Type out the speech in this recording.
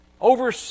Over